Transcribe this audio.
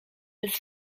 bez